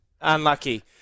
unlucky